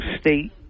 state